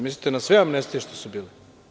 Mislite na sve amnestije što su bile?